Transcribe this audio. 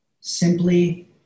simply